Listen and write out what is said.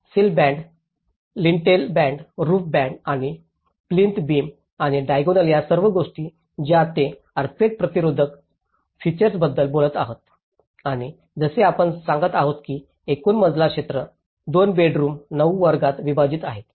सिल band lintel band roof band आणि plinth beam आणि diagonal या सर्व गोष्टी ज्या ते अर्थक्वेक प्रतिरोधक फ्यूचर्सबद्दल बोलत आहेत आणि जसे आपण सांगत आहोत की एकूण मजला क्षेत्र 2 बेडरूम 9 वर्गात विभाजित आहे